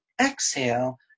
exhale